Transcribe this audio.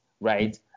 right